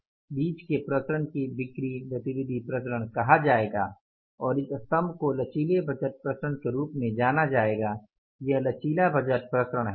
इसके और इस बीच के विचरण को बिक्री गतिविधि विचरण कहा जाएगा और इस स्तम्भ को लचीले बजट विचरण के रूप में जाना जाएगा यह लचीला बजट विचरण है